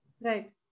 right